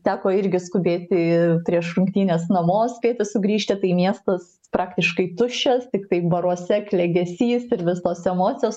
teko irgi skubėti prieš rungtynes namo spėti sugrįžti tai miestas praktiškai tuščias tiktai baruose klegesys ir visos emocijos